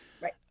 Right